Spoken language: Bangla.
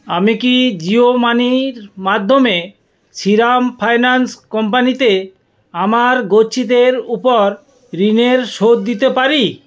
আমি কি জিও মানির মাধ্যমে শীরাম ফাইন্যান্স কম্পানিতে আমার গচ্ছিতের ওপর ঋণের শোধ দিতে পারি